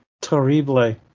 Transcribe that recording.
terrible